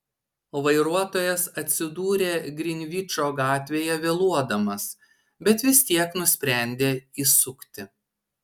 vairuotojas atsidūrė grinvičo gatvėje vėluodamas bet vis tiek nusprendė įsukti